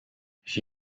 j’y